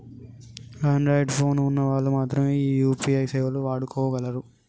Android phone ఉన్న వాళ్ళు మాత్రమె ఈ యూ.పీ.ఐ సేవలు వాడుకోగలరు